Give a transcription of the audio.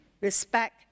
respect